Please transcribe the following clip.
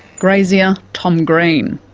grazier, tom green.